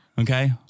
Okay